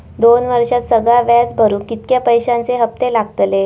दोन वर्षात सगळा व्याज भरुक कितक्या पैश्यांचे हप्ते लागतले?